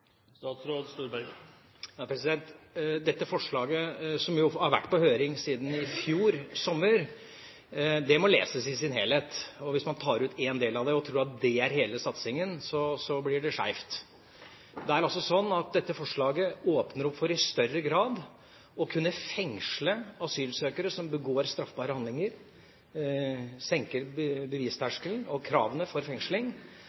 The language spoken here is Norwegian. Dette forslaget, som har vært på høring siden i fjor sommer, må leses i sin helhet. Hvis man tar ut én del av det, og tror at det er hele satsingen, blir det skeivt. Det er altså slik at dette forslaget åpner for i større grad å kunne fengsle asylsøkere som begår straffbare handlinger, senker bevisterskelen og kravene for fengsling.